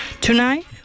Tonight